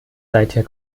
seither